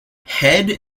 head